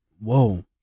whoa